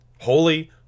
Holy